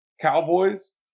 Cowboys